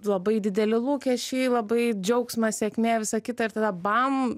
labai dideli lūkesčiai labai džiaugsmas sėkmė visą kitą ir tada bam